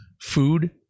food